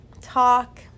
talk